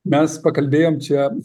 mes pakalbėjome čia